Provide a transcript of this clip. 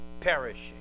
perishing